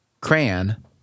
crayon